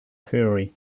theory